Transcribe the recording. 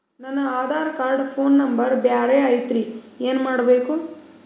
ನನ Aadhaar card phone number ಬ್ಯಾರೆ ಐತ್ರಿ ಏನ ಮಾಡಬೇಕು?